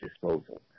disposal